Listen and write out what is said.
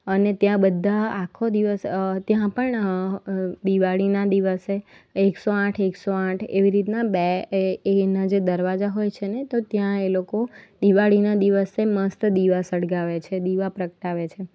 અને ત્યાં બધા આખો દિવસ ત્યાં પણ દિવાળીના દિવસે એકસો આઠ એકસો આઠ એવી રીતના બે એ એના જે દરવાજા હોય છે ને તો ત્યાં એ લોકો દિવાળીના દિવસે મસ્ત દીવા સળગાવે છે દીવા પ્રગટાવે છે